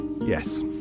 Yes